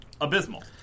abysmal